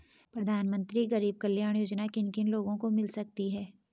प्रधानमंत्री गरीब कल्याण योजना किन किन लोगों को मिल सकती है?